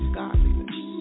godliness